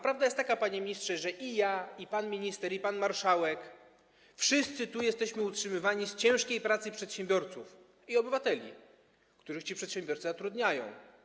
Prawda jest taka, panie ministrze, że i ja, i pan minister, i pan marszałek, wszyscy jesteśmy utrzymywani z ciężkiej pracy przedsiębiorców i obywateli, których ci przedsiębiorcy zatrudniają.